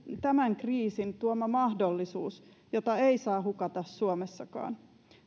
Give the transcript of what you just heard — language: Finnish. tämän kriisin tuoma mahdollisuus jota ei saa hukata suomessakaan